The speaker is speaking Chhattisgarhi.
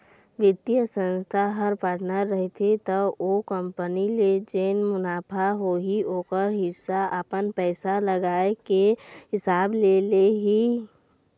बित्तीय संस्था ह पार्टनर रहिथे त ओ कंपनी ले जेन मुनाफा होही ओखर हिस्सा अपन पइसा लगाए के हिसाब ले लिही